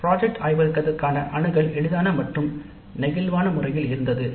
திட்ட ஆய்வகத்திற்கான அணுகல் எளிதான மற்றும் நெகிழ்வான முறையில் இருந்தது